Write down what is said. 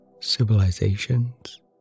civilizations